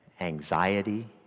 anxiety